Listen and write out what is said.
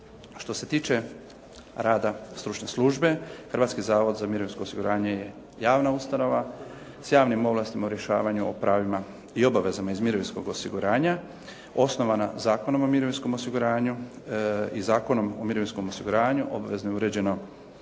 Što se tiče rada stručne službe Hrvatski zavod za mirovinsko osiguranje je javna ustanova s javnim ovlastima u rješavanju o pravima i obavezama iz mirovinskog osiguranja osnovana Zakonom o mirovinskom osiguranju i Zakonom o mirovinskom osiguranju obvezno je uređeno